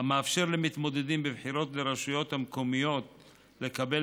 המאפשר למתמודדים בבחירות לרשויות מקומיות לקבל